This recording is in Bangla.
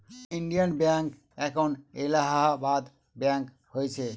ইন্ডিয়ান ব্যাঙ্ক এখন এলাহাবাদ ব্যাঙ্ক হয়েছে